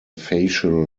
facial